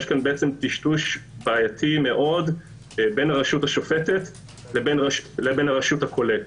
יש פה טשטוש בעייתי מאוד בין הרשות השופטת לרשות הכולאת.